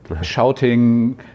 shouting